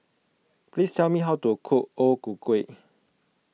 please tell me how to cook O Ku Kueh